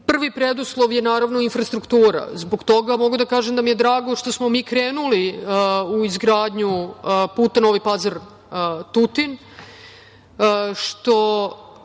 Prvi preduslov je, naravno, i infrastruktura. Zbog toga mogu da kažem da mi je drago što smo mi krenuli u izgradnju puta Novi Pazar – Tutin.